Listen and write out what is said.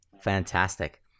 Fantastic